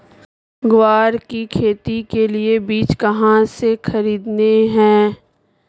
ग्वार की खेती के लिए बीज कहाँ से खरीदने हैं?